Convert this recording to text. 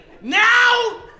Now